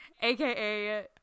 AKA